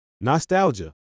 Nostalgia